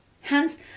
Hence